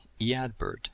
Eadbert